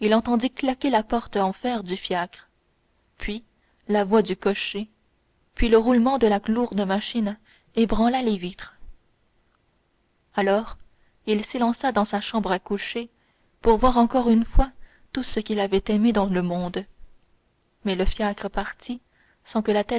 il entendit claquer la portière en fer du fiacre puis la voix du cocher puis le roulement de la lourde machine ébranla les vitres alors il s'élança dans sa chambre à coucher pour voir encore une fois tout ce qu'il avait aimé dans le monde mais le fiacre partit sans que la